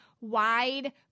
wide